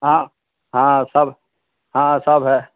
हाँ हाँ सब हाँ सब है